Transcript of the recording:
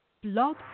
Blog